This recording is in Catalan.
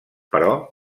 però